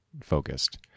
focused